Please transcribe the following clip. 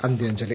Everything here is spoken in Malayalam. അന്ത്യാഞ്ജലി